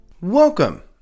Welcome